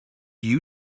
you